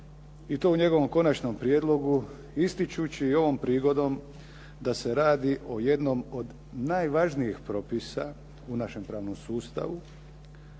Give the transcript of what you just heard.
i to u njegovom konačnom prijedlogu ističući i ovom prigodom da se radi o jednom od najvažnijih propisa u našem pravnom sustavu.